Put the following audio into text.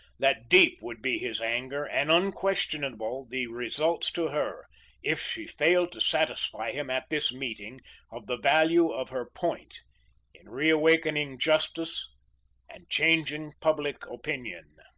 that deep would be his anger and unquestionable the results to her if she failed to satisfy him at this meeting of the value of her point in reawakening justice and changing public opinion.